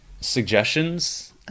suggestions